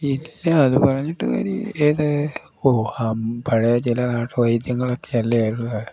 ഇല്ല അത് പറഞ്ഞിട്ട് ഒരു ഏത് ഓ ആ പഴയ ചില നാട്ടു വൈദ്യങ്ങൾ ഒക്കെ അല്ലേയത്